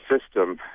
system